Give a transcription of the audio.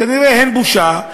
כנראה אין בושה,